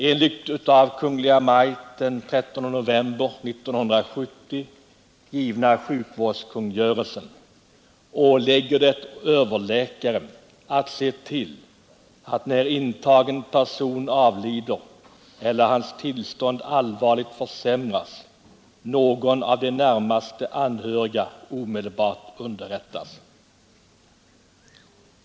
67 Enligt Kungl. Maj:ts den 13 november 1970 givna sjukvårdskungörelse åligger det överläkare att se till att, när intagen person avlider eller hans tillstånd allvarligt försämras, någon av de närmast anhöriga omedelbart underrättas.